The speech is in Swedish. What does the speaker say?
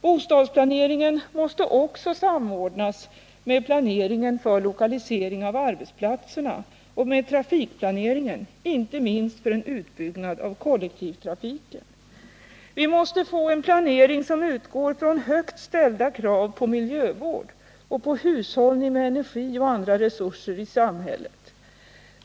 Bostadsplaneringen måste också samordnas med planeringen för lokalisering av arbetsplatserna och med trafikplaneringen, inte minst för en utbyggnad av kollektivtrafiken. Vi måste få en planering som utgår från högt ställda krav på miljövård och på hushållning med energi och andra resurser i samhället.